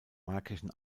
märkischen